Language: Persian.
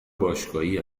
باشگاهی